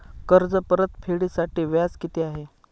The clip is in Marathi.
कर्ज परतफेडीसाठी व्याज किती आहे?